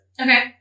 Okay